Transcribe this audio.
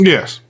Yes